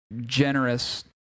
generous